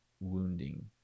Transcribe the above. wounding